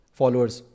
followers